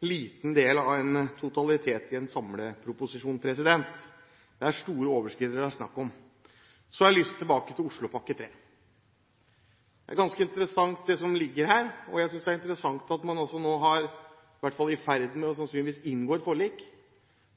liten del av en totalitet i en samleproposisjon. Det er store overskridelser det er snakk om. Så har jeg lyst til å komme tilbake til Oslopakke 3. Det er ganske interessant det som ligger her, og jeg synes at det er interessant at man nå sannsynligvis er i ferd med å inngå et forlik